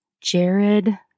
Jared